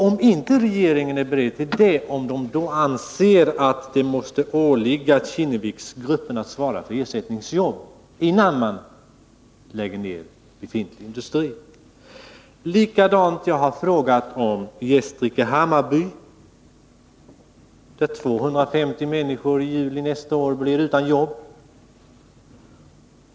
Om regeringen inte är beredd att göra det, anser den då att det åligger Kinneviksgruppen att svara för att det ordnas ersättningsjobb, innan man lägger ned befintlig industri? Jag har likaså talat om Gästrike-Hammarby, där 250 människor i juli nästa år blir utan jobb.